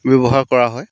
ব্যৱহাৰ কৰা হয়